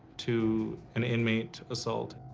to an inmate assault.